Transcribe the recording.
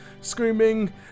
screaming